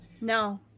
No